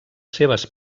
seves